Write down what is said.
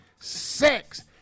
sex